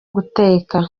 guteka